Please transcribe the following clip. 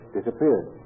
disappeared